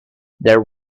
there